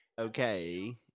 Okay